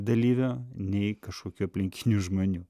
dalyvio nei kažkokių aplinkinių žmonių